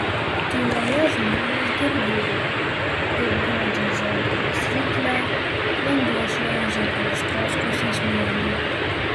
tyloje žmonės girdėjo kaip godžiai žiodamas ryklę vanduo šliaužia per ištroškusį smėlį